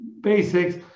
basics